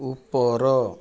ଉପର